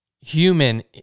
human